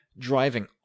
driving